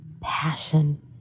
passion